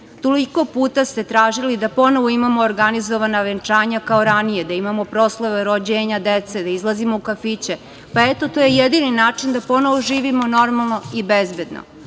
Toliko puta ste tražili da ponovo imamo organizovana venčanja, kao ranije, da imamo proslave rođenja dece, da izlazimo u kafiće, pa, eto, to je jedini način da ponovo živimo normalno i bezbedno. Svi